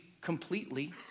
completely